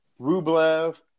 Rublev